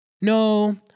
no